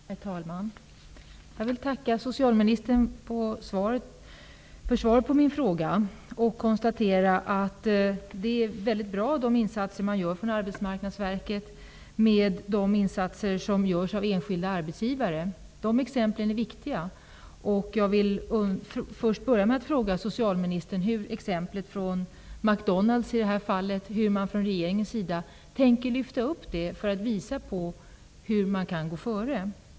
Herr talman! Jag vill tacka socialministern för svaret på min fråga och konstatera att de insatser Arbetsmarknadsverket och enskilda arbetsgivare gör är mycket bra. De exemplen är viktiga. Jag vill först börja med att fråga socialministern: Hur tänker regeringen lyfta fram exemplet McDonald's för att visa hur man kan gå före?